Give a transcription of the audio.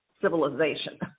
civilization